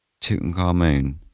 tutankhamun